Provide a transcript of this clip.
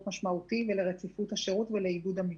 משמעותי ולרציפות השירות ולעיבוי המילואים.